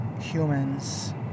humans